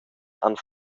han